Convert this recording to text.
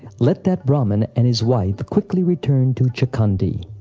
let that brahmin and his wife quickly return to chakandhi.